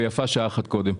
ויפה שעה אחת קודם.